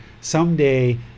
someday